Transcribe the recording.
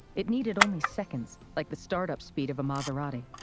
it needed only seconds like the startup speed of a maserati.